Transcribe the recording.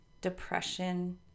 depression